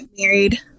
married